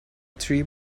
tree